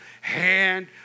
hand